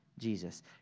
Jesus